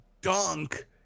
dunk